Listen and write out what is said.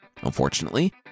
Unfortunately